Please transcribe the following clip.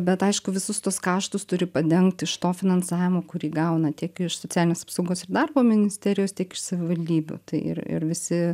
bet aišku visus tuos kaštus turi padengt iš to finansavimo kurį gauna tiek iš socialinės apsaugos ir darbo ministerijos tiek iš savivaldybių tai ir ir visi